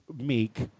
meek